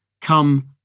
come